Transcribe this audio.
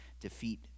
defeat